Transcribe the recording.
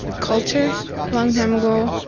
culture long time ago.